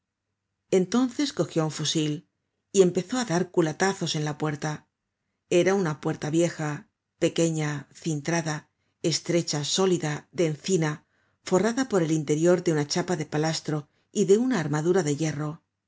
entonces cogió un fusil y empezó á dar culatazos en la puerta era una puerta vieja pequeña cintrada estrecha sólida de encina forrada por el interior de una chapa de palastro y de una armadura de hierro era